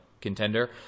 contender